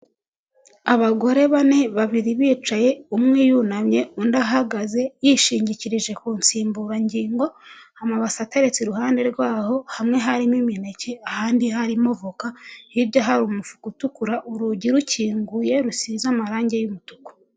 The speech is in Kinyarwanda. Abagore bane babiri bicaye, umwe yunamye undi ahagaze yishingikirije ku nsimburangingo, amabase ateretse iruhande rwaho, hamwe harimo imineke ahandi harimo voka hirya hari umufuka utukura, urugi rukinguye rusize amarangi y'umutuku.